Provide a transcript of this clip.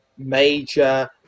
major